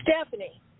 Stephanie